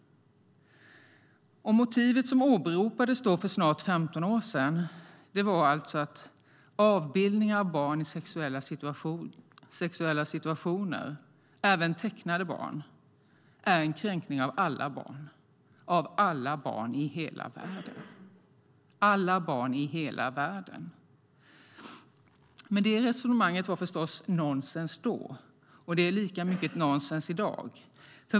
Motivet som åberopades då, för snart 15 år sedan, var alltså att avbildningar av barn i sexuella situationer, även tecknade barn, är en kränkning av alla barn, av alla barn i hela världen. Men det resonemanget var förstås nonsens då, och det är lika mycket nonsens i dag.